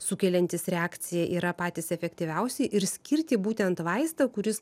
sukeliantys reakcija yra patys efektyviausi ir skirti būtent vaistą kuris